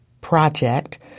Project